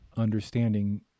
understanding